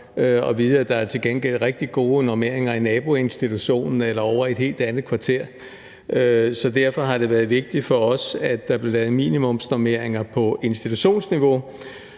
at vide, at der til gengæld er rigtig gode normeringer i naboinstitutionen eller ovre i et helt andet kvarter. Derfor har det været vigtigt for os, at der blev lavet minimumsnormeringer på institutionsniveau,